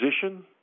position